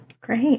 Great